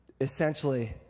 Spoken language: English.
Essentially